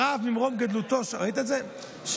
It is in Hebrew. הרב ממרום גדלותו שואל אותו: